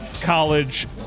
college